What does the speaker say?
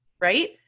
right